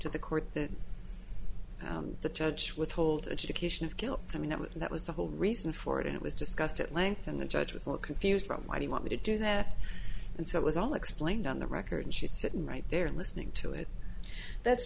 to the court that the judge withhold education of guilt i mean that was the whole reason for it and it was discussed at length and the judge was all confused from why do you want me to do that and so it was all explained on the record and she's sitting right there listening to it that